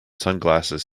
sunglasses